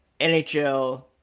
NHL